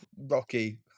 Rocky